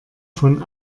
von